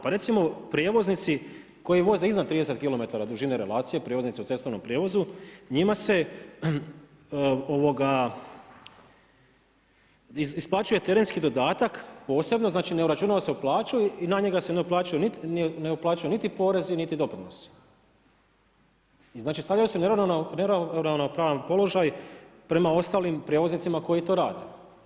Pa recimo prijevoznici koji voze iznad 30km dužine relacije prijevoznici u cestovnom prijevozu njima se isplaćuje terenski dodatak posebno znači ne uračunava se u plaću i na njega se ne uplaćuje niti porezi niti doprinosi i znači stavljaju se u neravnopravan položaj prema ostalim prijevoznicima koji to rade.